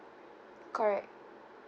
correct